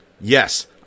yes